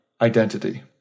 identity